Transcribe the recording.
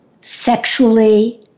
sexually